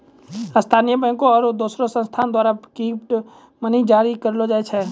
स्थानीय बैंकों आरू दोसर संस्थान द्वारा फिएट मनी जारी करलो जाय छै